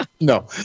No